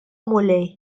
mulej